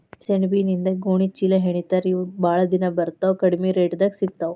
ಸೆಣಬಿನಿಂದ ಗೋಣಿ ಚೇಲಾಹೆಣಿತಾರ ಇವ ಬಾಳ ದಿನಾ ಬರತಾವ ಕಡಮಿ ರೇಟದಾಗ ಸಿಗತಾವ